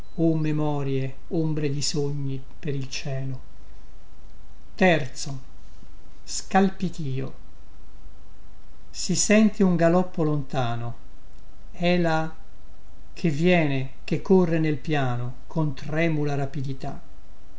o memorie ombre di sogni per il cielo si sente un galoppo lontano è la che viene che corre nel piano con tremula rapidità